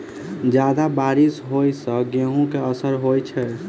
जियादा बारिश होइ सऽ गेंहूँ केँ असर होइ छै?